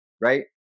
right